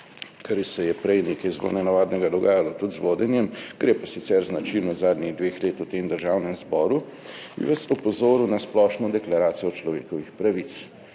kar se je prej nekaj zelo nenavadnega dogajalo tudi z vodenjem, kar je pa sicer značilnost zadnjih dveh let v Državnem zboru, bi vas opozoril na Splošno deklaracijo človekovih pravic,